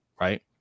Right